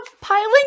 piling